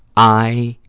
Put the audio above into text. i,